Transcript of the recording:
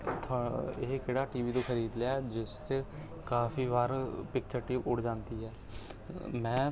ਕਿੱਥੋਂ ਇਹ ਕਿਹੜਾ ਟੀ ਵੀ ਤੂੰ ਖਰੀਦ ਲਿਆ ਜਿਸ 'ਚ ਕਾਫ਼ੀ ਵਾਰ ਪਿਕਚਰ ਟਿਊਬ ਉੜ ਜਾਂਦੀ ਹੈ ਮੈਂ